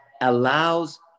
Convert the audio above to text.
allows